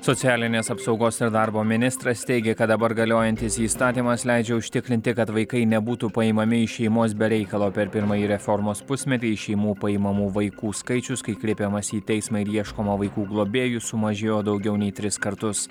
socialinės apsaugos ir darbo ministras teigė kad dabar galiojantis įstatymas leidžia užtikrinti kad vaikai nebūtų paimami iš šeimos be reikalo per pirmąjį reformos pusmetį šeimų paimamų vaikų skaičius kai kreipiamasi į teismą ir ieškoma vaikų globėjų sumažėjo daugiau nei tris kartus